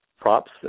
props